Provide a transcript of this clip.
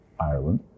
Ireland